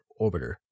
Orbiter